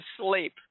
sleep